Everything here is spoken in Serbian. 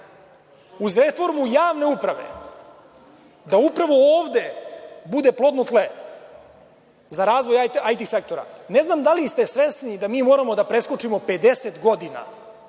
uz reformu javne uprave, da upravo ovde bude plodno tle za razvoj IT sektora? Ne znam da li ste svesni da mi moramo da preskočimo 50 godina.